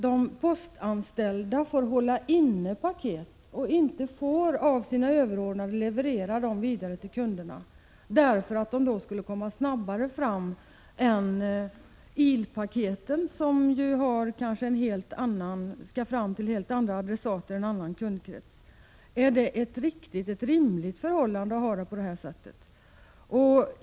De postanställda får nu hålla inne paket och tillåts inte av sina överordnade att leverera dem vidare till kunderna, därför att de då skulle komma snabbare fram än ilpaketen, som kanske skall till en annan kundkrets. Är det rimligt att ha det på det sättet?